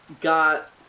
got